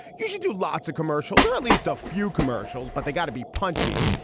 you should do lots of commercials or at least a few commercials, but they've got to be punchy.